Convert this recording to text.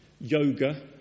yoga